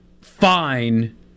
fine